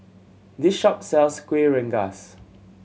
this shop sells Kueh Rengas